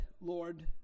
Lord